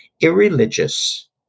irreligious